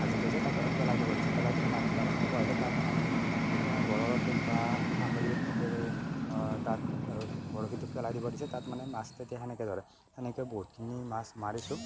ভাজি লৈ যায় তাত অলপ পেলাই দিব দিছে পেলাই দিলে মাছবিলাকে খাব আহিলে তাত মানে কি যিটো মানে বৰলৰ টোপ বা আমলিৰ টোপেৰে তাত বৰশীটো পেলাই দিব দিছে তাত মানে মাছ তেতিয়া সেনেকৈ ধৰে সেনেকৈ বহুতখিনি মাছ মাৰিছোঁ